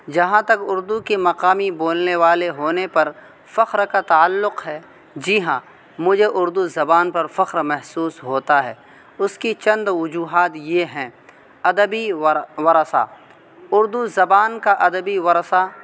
جہاں تک اردو کے مقامی بولنے والے ہونے پر فخر کا تعلق ہے جی ہاں مجھے اردو زبان پر فخر محسوس ہوتا ہے اس کی چند وجوہات یہ ہیں ادبی ورثہ اردو زبان کا ادبی ورثہ